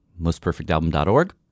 mostperfectalbum.org